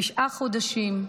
תשעה חודשים,